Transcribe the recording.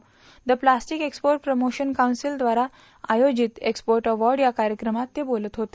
the plastic export promotion council ब्रारा आयोजित export अवाई या कार्यक्रमात ते बोलत होते